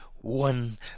one